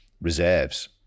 reserves